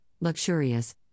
luxurious